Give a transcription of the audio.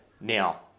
Now